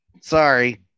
sorry